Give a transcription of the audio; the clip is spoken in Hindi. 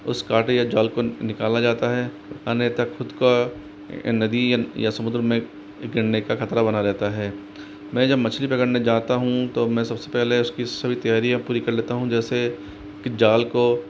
उस काटे या जाल को निकाला जाता है अन्यथा खुद का नदी या समुद्र में गिरने का खतरा बना रहता है मैं जब मछली पकड़ने जाता हूँ तो मैं सब से पहले उसकी सारी तैयारियाँ पूरी कर लेता हूँ जैसे कि जाल को